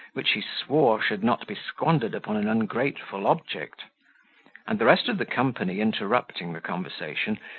which he swore should not be squandered upon an ungrateful object and the rest of the company interrupting the conversation,